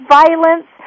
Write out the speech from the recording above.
violence